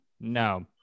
No